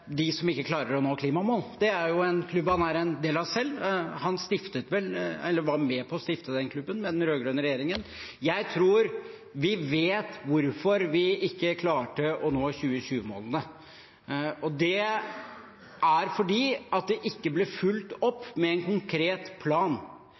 som ikke klarer å nå klimamål. Det er jo en klubb han er en del av selv. Han var vel med på å stifte den klubben med den rød-grønne regjeringen. Jeg tror vi vet hvorfor vi ikke klarte å nå 2020-målene. Det er fordi det ikke ble fulgt